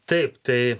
taip tai